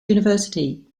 university